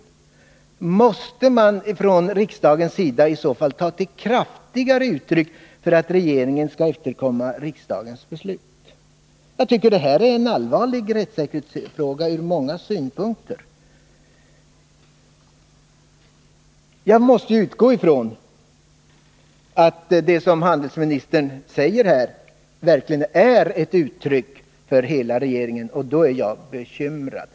Eller måste man från riksdagens sida ta till kraftigare uttryck för att regeringen skall efterkomma riksdagens beslut? Jag tycker detta är en allvarlig rättssäkerhetsfråga ur många synpunkter. Jag måste ju utgå ifrån att det som handelsministern säger i svaret verkligen är ett uttryck för hela regeringens inställning, och då är jag bekymrad.